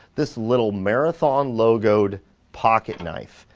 this little marathon logoed pocket knife.